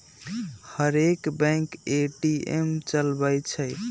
हरेक bank ATM चलबइ छइ